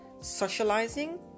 socializing